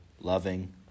loving